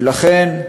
ולכן,